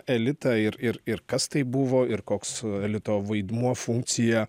elitą ir ir ir kas tai buvo ir koks elito vaidmuo funkcija